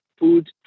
food